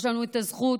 יש לנו את הזכות